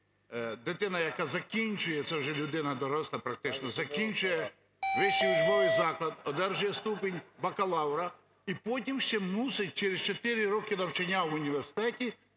дитина, яка закінчує, це вже людина доросла практично, закінчує вищий учбовий заклад, одержує ступінь бакалавра і потім ще мусить через 4 роки навчання в університеті